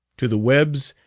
to the webbs,